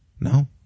no